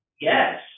Yes